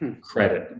credit